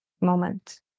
moment